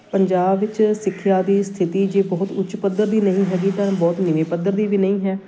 ਪੰਜਾਬ ਵਿੱਚ ਸਿੱਖਿਆ ਦੀ ਸਥਿਤੀ ਜੇ ਬਹੁਤ ਉੱਚ ਪੱਧਰ ਦੀ ਨਹੀਂ ਹੈਗੀ ਤਾਂ ਬਹੁਤ ਨੀਵੇਂ ਪੱਧਰ ਦੀ ਵੀ ਨਹੀਂ ਹੈ